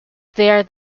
there